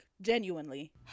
Genuinely